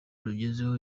rugezeho